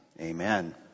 amen